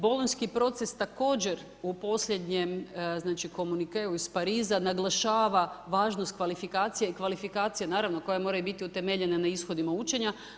Bolonjski proces također u posljednjem znači comuniceu iz Pariza naglašava važnost kvalifikacija i kvalifikacija naravno koje moraju biti utemeljene na ishodima učenja.